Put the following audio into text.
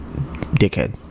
dickhead